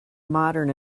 modern